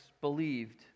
believed